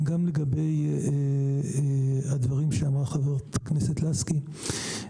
גם לגבי הדברים שאמרה חברת הכנסת לסקי,